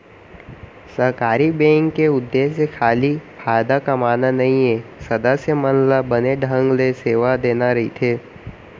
सहकारी बेंक के उद्देश्य खाली फायदा कमाना नइये, सदस्य मन ल बने ढंग ले सेवा देना रइथे